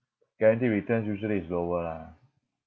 guaranteed returns usually is lower lah